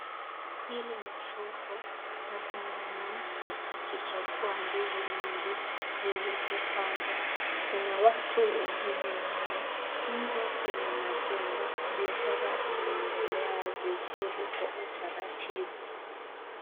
Hili ni soko na kuna mwanamke akichagua ndizi nyingi zilizopangwa, kuna watu wengine nyuma nje kuna majengo, biashara inaendelea vizuri kwa utaratibu.